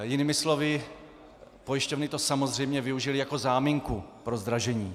Jinými slovy, pojišťovny to samozřejmě využily jako záminku pro zdražení.